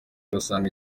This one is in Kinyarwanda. agasanga